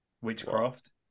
Witchcraft